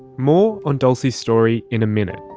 more on dulcie's story in a minute.